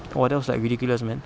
!wah! that was like ridiculous man